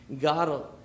God